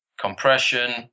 compression